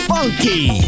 Funky